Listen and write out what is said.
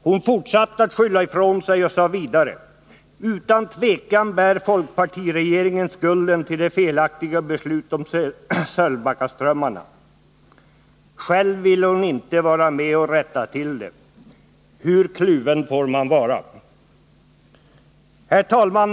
Hon fortsatte att skylla ifrån sig och sade vidare: ”Utan tvekan bär folkpartiregeringen skulden till det felaktiga beslutet om Sölvbackaströmmarna.” Själv ville hon inte vara med om att rätta till det. Hur kluven får man vara? Herr talman!